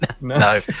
No